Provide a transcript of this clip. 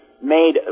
made